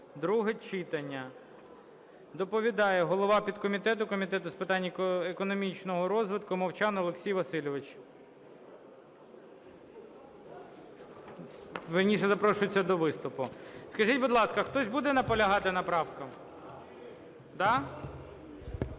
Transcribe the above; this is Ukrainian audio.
(друге читання). Доповідає голова підкомітету Комітету з питань економічного розвитку Мовчан Олексій Васильович. Вірніше, запрошується до виступу. Скажіть, будь ласка, хтось буде наполягати на правках? Да?